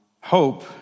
hope